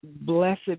Blessed